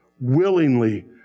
willingly